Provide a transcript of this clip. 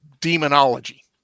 demonology